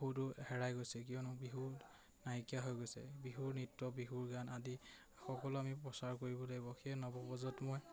বহুতো হেৰাই গৈছে কিয়নো বিহু নাইকিয়া হৈ গৈছে বিহুৰ নৃত্য বিহুৰ গান আদি সকলো আমি প্ৰচাৰ কৰিব লাগিব সেই নৱপ্ৰজন্মই